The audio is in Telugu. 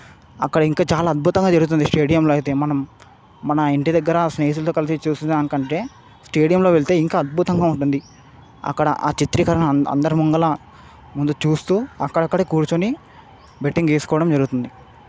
అక్కడ ఇంకా చాలా అద్భుతంగా జరుగుతుంది స్టేడియంలో అయితే మనం మన ఇంటి దగ్గర స్నేహితులతో కలిసి చూసేదానికంటే స్టేడియంలో వెళితే ఇంకా అద్భుతంగా ఉంటుంది అక్కడ చిత్రీకరణ అం అందరిముందర ముందు చూస్తూ అక్కడక్కడే కూర్చొని బెట్టింగ్ వేసుకోవడం జరుగుతుంది